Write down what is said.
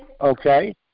okay